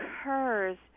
occurs